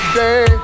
day